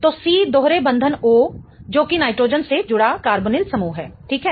तो C दोहरा बंधन O जो कि नाइट्रोजन से जुड़ा कार्बोनिल समूह है ठीक है